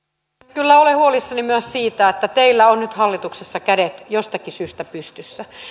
kyllä olen myös huolissani siitä että teillä on nyt hallituksessa kädet jostakin syystä pystyssä